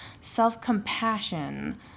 self-compassion